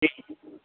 जी